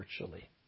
virtually